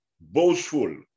boastful